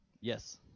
Yes